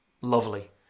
lovely